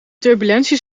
turbulentie